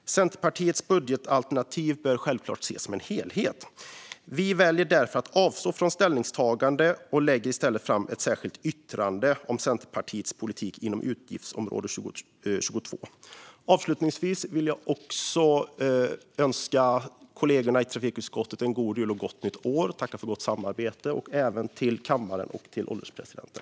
Centerpartiets budgetalternativ bör självklart ses som en helhet. Vi väljer därför att avstå från ställningstagande och lägger i stället fram ett särskilt yttrande om Centerpartiets politik inom utgiftsområde 22. Jag vill avslutningsvis önska kollegerna i trafikutskottet en god jul och ett gott nytt år och tacka för gott samarbete och även önska detsamma till kammaren och ålderspresidenten.